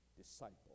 Disciple